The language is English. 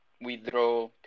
withdraw